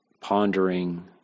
Pondering